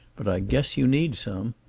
but i guess you need some.